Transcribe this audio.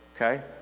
okay